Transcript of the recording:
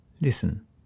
Listen